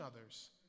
others